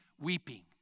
weeping